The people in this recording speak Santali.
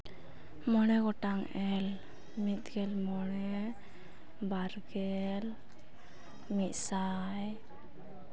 ᱢᱚᱬᱮ ᱜᱚᱴᱟᱝ ᱮᱞ ᱢᱤᱫ ᱜᱮᱞ ᱢᱚᱬᱮ ᱵᱟᱨᱜᱮᱞ ᱢᱤᱫ ᱥᱟᱭ